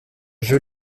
jeu